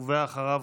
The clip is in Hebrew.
ואחריו,